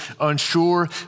unsure